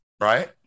Right